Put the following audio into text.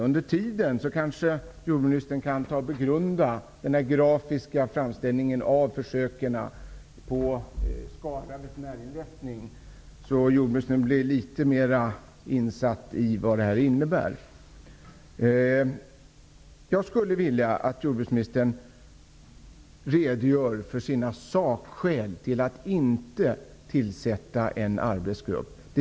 Under tiden kan jordbruksministern begrunda den grafiska framställning av försöken på Skara veterinärinrättning som jag har här, så att jordbruksministern blir litet mer insatt i vad detta innebär. Jag skulle vilja att jordbruksministern redogör för sakskälen till att inte tillsätta en arbetsgrupp.